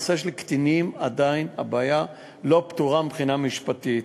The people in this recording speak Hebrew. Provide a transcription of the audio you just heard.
בנושא של קטינים עדיין הבעיה לא פתורה מבחינה משפטית.